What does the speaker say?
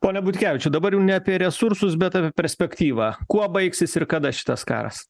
pone butkevičiau dabar jau ne apie resursus bet apie perspektyvą kuo baigsis ir kada šitas karas